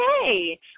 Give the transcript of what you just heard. Okay